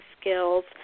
skills